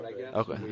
Okay